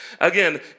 Again